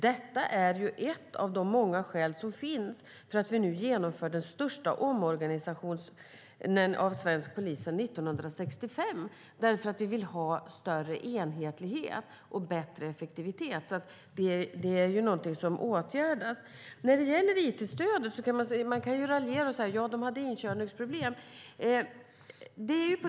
Det är ett av många skäl till att vi nu genomför den största omorganisationen av svensk polis sedan 1965. Vi gör det för att vi vill ha större enhetlighet och bättre effektivitet. Detta är alltså någonting som åtgärdas. När det gäller it-stödet kan man raljera och säga att de hade inkörningsproblem.